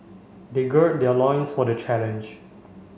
they gird their loins for the challenge